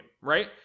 right